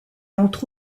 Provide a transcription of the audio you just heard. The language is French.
entre